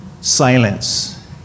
silence